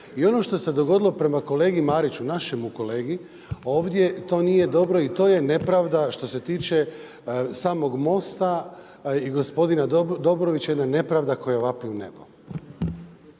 I ono što se dogodilo prema kolegi Mariću, našemu kolegu ovdje to nije dobro i to je nepravda što se tiče samog MOST-a i gospodina Dobrovića jedna nepravda koja vapi u nebo.